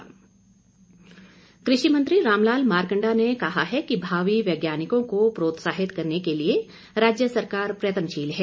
मारकंडा कृषि मंत्री रामलाल मारकंडा ने कहा है कि भावी वैज्ञानिकों को प्रोत्साहित करने के लिए राज्य सरकार प्रयत्नशील है